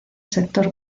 sector